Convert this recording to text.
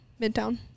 Midtown